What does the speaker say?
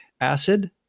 acid